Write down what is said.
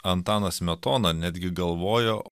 antanas smetona netgi galvojo